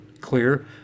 clear